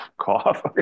cough